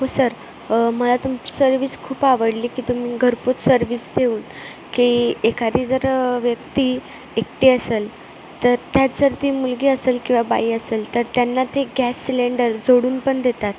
हो सर मला तुमची सर्विस खूप आवडली की तुम्ही घरपोच सर्विस देऊन की एखादी जर व्यक्ती एकटी असेल तर त्यात जर ती मुलगी असेल किंवा बाई असेल तर त्यान्ला ते गॅस सिलेंडर जोडून पण देतात